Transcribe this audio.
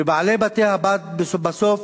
ובעלי בתי-הבד בסוף